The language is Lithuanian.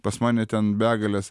pas mane ten begalės